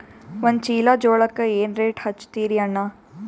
ಒಂದ ಚೀಲಾ ಜೋಳಕ್ಕ ಏನ ರೇಟ್ ಹಚ್ಚತೀರಿ ಅಣ್ಣಾ?